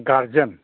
guardian